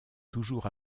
toujours